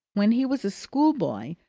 when he was a schoolboy,